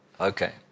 Okay